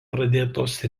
pradėtos